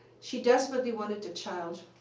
she desperately wanted a child.